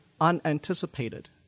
unanticipated